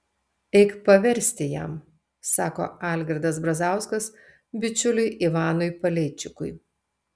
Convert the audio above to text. eik paversti jam sako algirdas brazauskas bičiuliui ivanui paleičikui